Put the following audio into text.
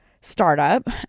startup